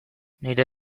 nire